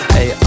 Hey